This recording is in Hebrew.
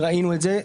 וראינו את זה,